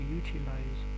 utilize